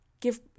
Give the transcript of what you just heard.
give